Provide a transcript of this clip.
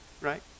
right